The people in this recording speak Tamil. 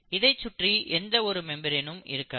இதைச் சுற்றியும் எந்த ஒரு மெம்பிரெனும் இருக்காது